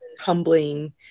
humbling